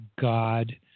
God